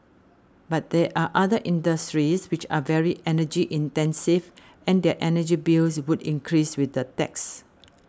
but there are other industries which are very energy intensive and their energy bills would increase with the tax